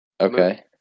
Okay